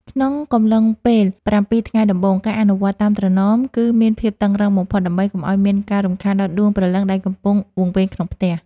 ក្នុងកំឡុងពេលប្រាំពីរថ្ងៃដំបូង ការអនុវត្តតាមត្រណមគឺមានភាពតឹងរ៉ឹងបំផុតដើម្បីកុំឱ្យមានការរំខានដល់ដួងព្រលឹងដែលកំពុងវង្វេងក្នុងផ្ទះ។